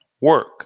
work